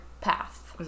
path